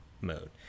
mode